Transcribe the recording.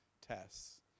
tests